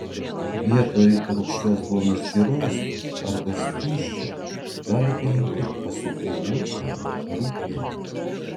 vietoj rūgščios duonos giros arba skysčio galite imti pasukų arba rūgpienio